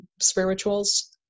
spirituals